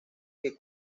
que